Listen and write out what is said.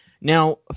Now